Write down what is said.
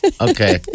Okay